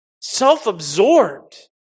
self-absorbed